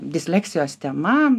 disleksijos tema